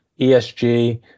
ESG